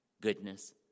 goodness